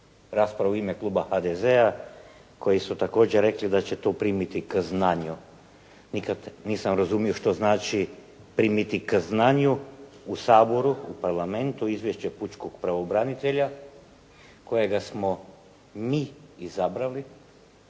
raspravu i u ime kluba HDZ-a koji su rekli da će to primiti k znanju. Nikada nisam razumio što znači primiti k znanju u Saboru u Parlamentu izvješće pučkog pravobranitelja kojega smo mi izabrali,